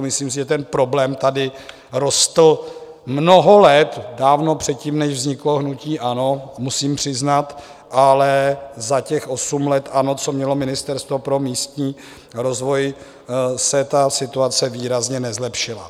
Myslím si, že ten problém tady rostl mnoho let dávno předtím, než vzniklo hnutí ANO, musím přiznat, ale za těch osm let, co ANO mělo Ministerstvo pro místní rozvoj, se ta situace výrazně nezlepšila.